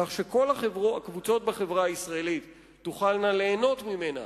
כך שכל הקבוצות בחברה הישראלית תוכלנה ליהנות ממנה,